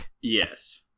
Yes